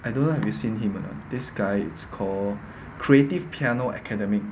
I don't have you seen him or not this guy is called creative piano academic